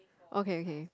okay okay